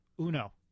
Uno